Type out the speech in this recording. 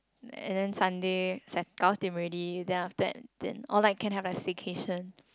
and then Sunday said already then after that then or like can have a staycation